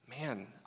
Man